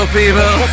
people